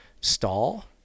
stall